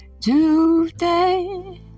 today